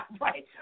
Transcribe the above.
Right